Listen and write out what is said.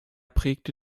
prägte